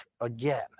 again